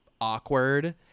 awkward